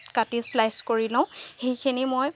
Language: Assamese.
কাটি মই শ্লাইছ কৰি লওঁ সেইখিনি মই